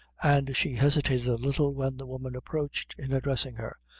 and she hesitated a little, when the woman approached, in addressing her.